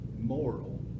moral